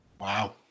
Wow